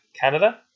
Canada